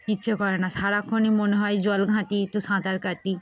ইচ্ছে করে না সারাক্ষণই মনে হয় জল ঘাঁটি একটু সাঁতার কাটি